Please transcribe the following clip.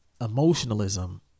emotionalism